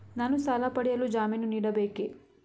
ನಾನು ಸಾಲ ಪಡೆಯಲು ಜಾಮೀನು ನೀಡಬೇಕೇ?